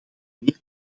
meer